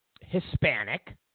Hispanic